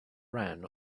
ran